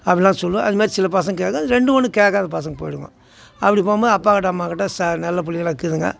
அப்படிலாம் சொல்லுவேன் அதுமாரி சில பசங்கள் கேட்கும் ரெண்டு ஒன்று கேட்காத பசங்கள் போயிடுங்கோ அப்படி போகும்போது அப்பாக்கிட்ட அம்மாக்கிட்ட ச நல்ல புள்ளைங்களாக இருக்குதுங்க